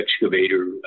excavator